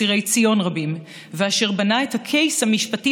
אסירי ציון רבים ואשר בנה את ה-case המשפטי